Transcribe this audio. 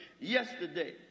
yesterday